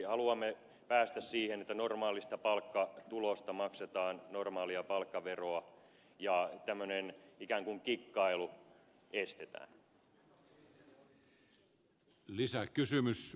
haluamme päästä siihen että normaalista palkkatulosta maksetaan normaalia palkkaveroa ja tämmöinen ikään kuin kikkailu estetään